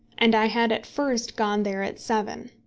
and i had at first gone there at seven.